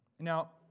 Now